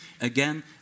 Again